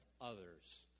others